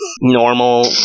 normal